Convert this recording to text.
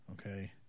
Okay